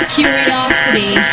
curiosity